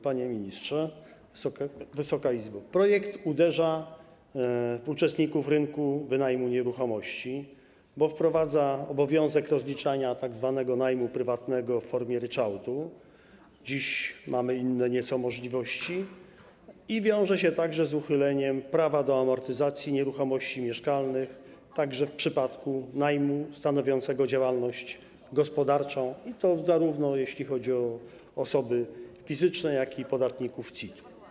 Projekt uderza w uczestników rynku wynajmu nieruchomości, bo wprowadza obowiązek rozliczania tzw. najmu prywatnego w formie ryczałtu - dziś mamy nieco inne możliwości - wiąże się także z uchyleniem prawa do amortyzacji nieruchomości mieszkalnych także w przypadku najmu stanowiącego działalność gospodarczą, i to zarówno jeśli chodzi o osoby fizyczne jak i podatników CIT.